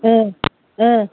ओ ओ